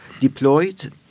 deployed